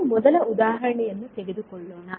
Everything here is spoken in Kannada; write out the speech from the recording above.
ನಾವು ಮೊದಲ ಉದಾಹರಣೆಯನ್ನು ತೆಗೆದುಕೊಳ್ಳೋಣ